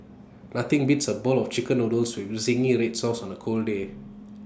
nothing beats A bowl of Chicken Noodles with Zingy Red Sauce on A cold day